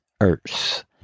Earth